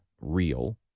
real